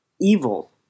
evil